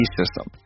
system